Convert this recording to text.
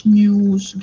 news